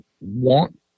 want